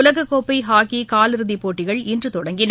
உலகக்கோப்பைறாக்கிகாலிறுதிப் போட்டிகள் இன்றுதொடங்கின